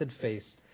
face